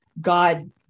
God